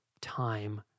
time